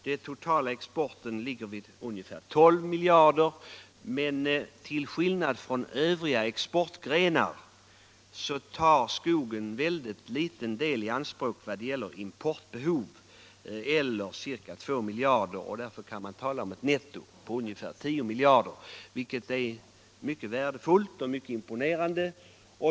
Den totala exporten av skogsprodukter ligger vid ungefär 12 miljarder, men till skillnad från övriga exportgrenar tar skogen i anspråk en ytterst obetydlig del av vårt lands import, nämligen ca 2 miljarder. Därför kan man tala om ett netto på ungefär 10 miljarder, vilket är mycket värdefullt och mycket imponerande.